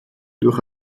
durch